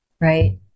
right